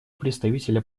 представителя